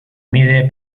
mide